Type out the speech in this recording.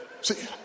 See